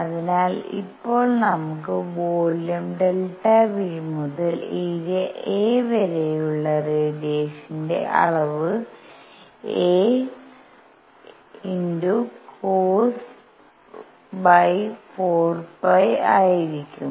അതിനാൽ ഇപ്പോൾ നമുക്ക് വോളിയം ΔV മുതൽ ഏരിയ a വരെയുള്ള റേഡിയേഷന്റെഅളവ് acos4 ആയിരിക്കും